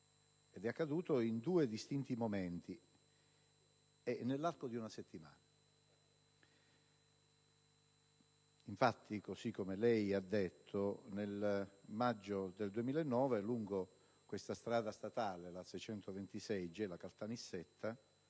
è accaduto, in due distinti momenti e nell'arco di una settimana. Infatti, così come lei ha detto, nel maggio del 2009, lungo la strada statale 626 Gela-Caltanisetta,